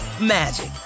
magic